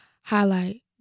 highlight